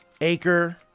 Acre